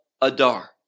Adar